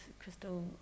crystal